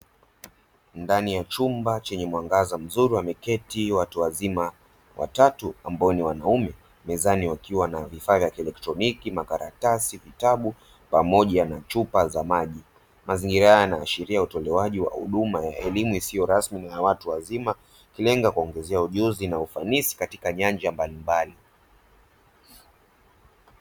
Ndani ya chumba chenye mwangaza mzuri wameketi watu wazima watatu ambao ni wanaume mezani wakiwa na vifaa vya kielectroniki, makaratasi, vitabu pamoja na chupa za maji, mazingira haya yanaashiria utolewaji wa huduma ya elimu isiyo rasmi na watu wazima ikilenga kuwa ongezea ujuzi na ufanisi katika nyanja mbalimbali.